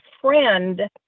friend